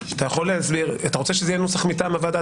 אתה רוצה שזה יהיה נוסח מטעם הוועדה,